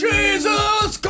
Jesus